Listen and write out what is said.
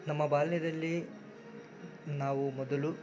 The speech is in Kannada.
ನಮ್ಮ ಬಾಲ್ಯದಲ್ಲಿ ನಾವು ಮೊದಲು